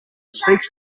speaks